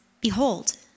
Behold